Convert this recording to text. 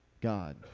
God